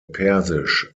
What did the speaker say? persisch